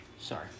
Sorry